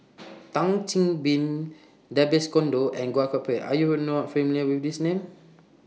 Tan Chin Chin Babes Conde and Goh Koh Pui Are YOU not familiar with These Names